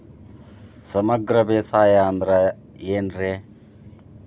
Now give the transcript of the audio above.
ಸಮಗ್ರ ಬೇಸಾಯ ಅಂದ್ರ ಏನ್ ರೇ?